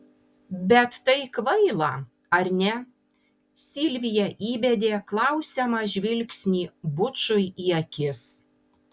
bet tai kvaila ar ne silvija įbedė klausiamą žvilgsnį bučui į akis